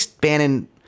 Bannon